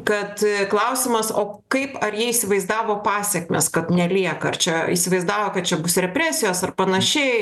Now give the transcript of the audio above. kad klausimas o kaip ar jie įsivaizdavo pasekmes kad nelieka ar čia įsivaizdavo kad čia bus represijos ar panašiai